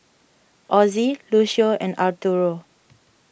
Ozzie Lucio and Arturo